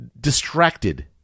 distracted